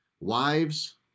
wives